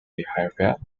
behaviour